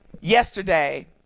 yesterday